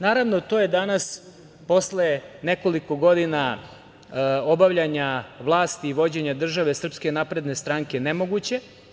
Naravno, to je danas, posle nekoliko godina obavljanja vlasti i vođenja države SNS, nemoguće.